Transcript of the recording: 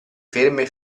ferme